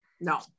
No